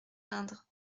indre